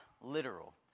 literal